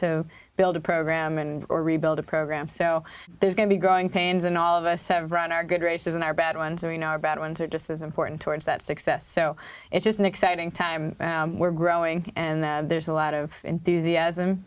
build a program and or rebuild a program so there's going to be growing pains and all of us have run our good races in our bad ones or in our bad ones are just as important towards that success so it's just an exciting time we're growing and there's a lot of enthusiasm